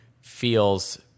feels